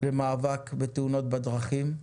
במאבק בתאונות דרכים בהובלתו.